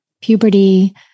puberty